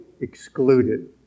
excluded